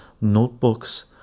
notebooks